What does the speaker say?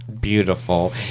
Beautiful